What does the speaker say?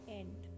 end